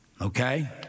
Okay